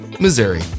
Missouri